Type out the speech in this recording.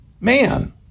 Man